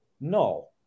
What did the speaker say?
No